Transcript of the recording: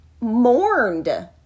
mourned